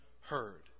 heard